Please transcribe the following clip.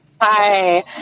Hi